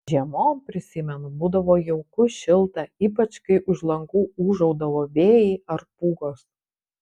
žiemom prisimenu būdavo jauku šilta ypač kai už langų ūžaudavo vėjai ar pūgos